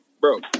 bro